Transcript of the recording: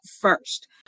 first